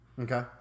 Okay